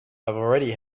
already